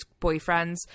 boyfriends